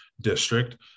district